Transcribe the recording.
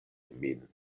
min